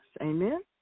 amen